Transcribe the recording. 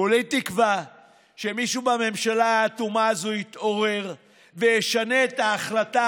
כולי תקווה שמישהו בממשלה האטומה הזו יתעורר וישנה את ההחלטה